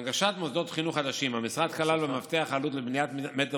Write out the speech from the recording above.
הנגשת מוסדות חינוך חדשים: המשרד כלל במפתח העלות לבניית מ"ר